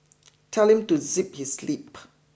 tell him to zip his lip